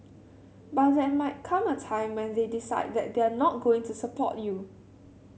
but there might come a time when they decide that they're not going support you